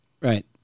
Right